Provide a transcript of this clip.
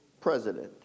President